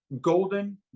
golden